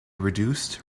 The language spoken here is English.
reduced